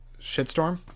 shitstorm